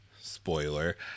spoiler